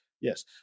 yes